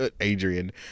Adrian